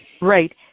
Right